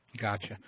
Gotcha